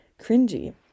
cringy